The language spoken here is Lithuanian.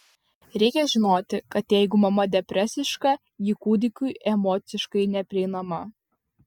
reikia žinoti kad jeigu mama depresiška ji kūdikiui emociškai neprieinama